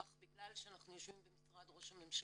שאנחנו יושבים במשרד ראש הממשלה,